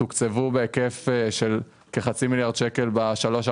תוקצבו בהיקף של כחצי מיליארד שקל בשלוש,